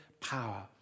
power